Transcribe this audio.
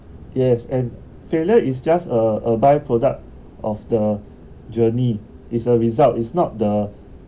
yes and failure is just a a by product of the journey is a result is not the